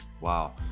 Wow